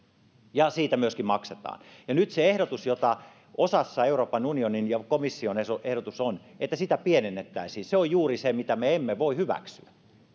ja siitä myöskin maksetaan nyt osan euroopan unionia ja komission ehdotus on että sitä pienennettäisiin se on juuri se mitä me emme voi hyväksyä